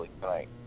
tonight